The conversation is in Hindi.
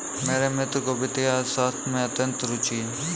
मेरे मित्र को वित्तीय अर्थशास्त्र में अत्यंत रूचि है